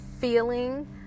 feeling